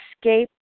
escape